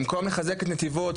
במקום לחזק את נתיבות,